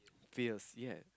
fears ya